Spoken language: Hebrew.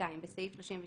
(2)בסעיף 36ט,